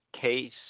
case